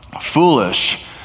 foolish